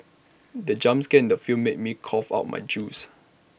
the jump scare in the film made me cough out my juice